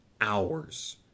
hours